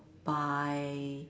by